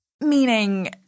meaning